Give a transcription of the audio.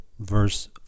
Verse